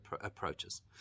approaches